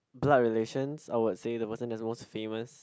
blood relations I would say the person that's most famous